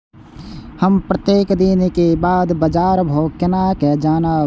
हम प्रत्येक दिन के बाद बाजार भाव केना जानब?